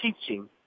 teaching